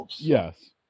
Yes